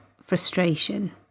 frustration